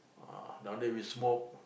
ah down there we smoke